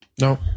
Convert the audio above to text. No